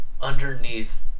underneath